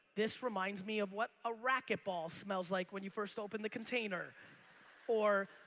this reminds me of what a racquetball smells like when you first open the container or